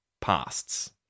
Pasts